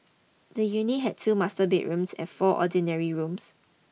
the unit had two master bedrooms and four ordinary rooms